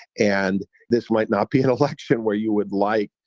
and this might not be an election where you would like,